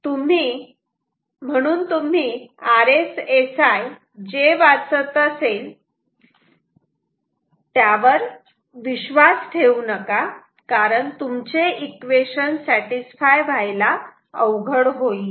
म्हणून तुम्ही RSSI जे वाचत आहे त्यावर विश्वास ठेवू नका कारण तुमचे इक्वेशन सॅटिस्फाय व्हायला अवघड होईल